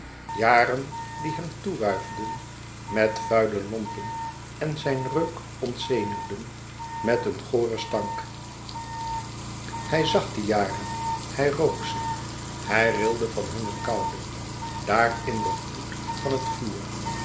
jaren die hem toewuifden met vuile lompen en zijn reuk ontzenuwden met een goren stank hij zag die jaren hij rook ze hij rilde van hunne koude daar in den gloed van dat vuur